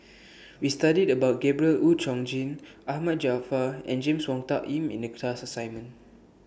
We studied about Gabriel Oon Chong Jin Ahmad Jaafar and James Wong Tuck Yim in The class assignment